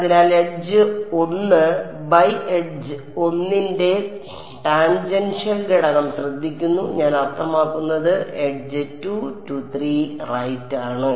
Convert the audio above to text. അതിനാൽ edge 1 by edge 1 ന്റെ tangential ഘടകം ശ്രദ്ധിക്കുന്നു ഞാൻ അർത്ഥമാക്കുന്നത് എഡ്ജ് 2 3 റൈറ്റ് ആണ്